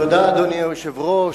אדוני היושב-ראש,